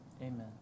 Amen